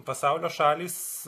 pasaulio šalys